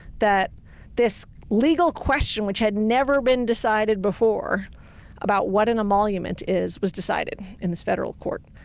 that this legal question which had never been decided before about what an emolument is was decided in this federal court.